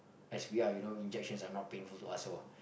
as we are you know injections are not painful to us so